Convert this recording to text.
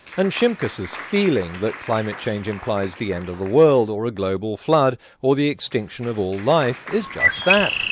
and shimkus's feeling that climate change implies the end of the world or a global flood or the extinction of all life is just that,